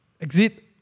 exit